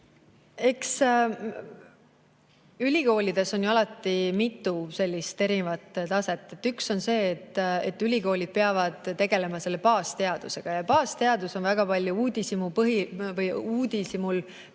Ülikoolides on ju alati mitu erinevat taset. Üks on see, et ülikoolid peavad tegelema baasteadusega ja baasteadus on väga palju uudishimul põhinev